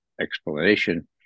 explanation